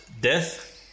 death